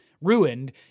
ruined